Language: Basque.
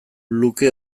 luke